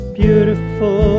beautiful